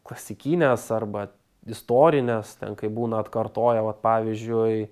klasikinės arba istorinės ten kai būna atkartoja vat pavyzdžiui